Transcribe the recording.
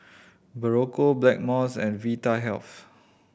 Berocca Blackmores and Vitahealth